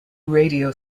radio